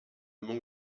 manque